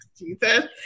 Jesus